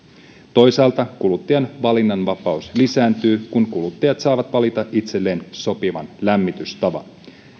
toisaalta kuluttajan valinnanvapaus lisääntyy kun kuluttajat saavat valita itselleen sopivan lämmitystavan